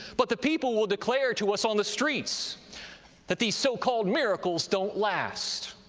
but the people will declare to us on the streets that these so-called miracles don't last,